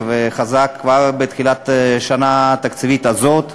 וחזק כבר בתחילת השנה התקציבית הזאת,